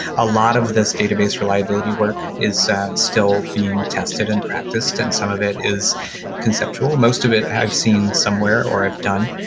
a lot of this database reliability work is still being tested and practiced and some of it is conceptual. most of it i've seen somewhere or i've done,